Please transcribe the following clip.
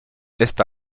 esta